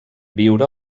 viure